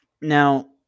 Now